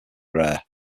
rare